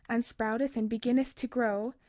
and sprouteth, and beginneth to grow,